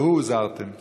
ראו הוזהרתם.